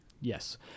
Yes